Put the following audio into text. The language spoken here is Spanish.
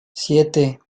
siete